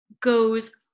goes